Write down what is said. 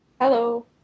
Hello